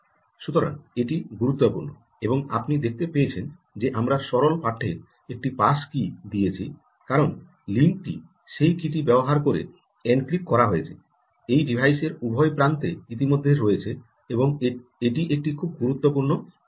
সুতরাং এটি গুরুত্বপূর্ণ এবং আপনি দেখতে পেয়েছেন যে আমরা সরল পাঠ্যে একটি পাস কী দিয়েছি কারণ লিঙ্কটি সেই কীটি ব্যবহার করে এনক্রিপ্ট করা হয়েছে এটি ডিভাইসের উভয় প্রান্তে ইতিমধ্যে রয়েছে এবং এটি একটি খুব গুরুত্বপূর্ণ বিষয়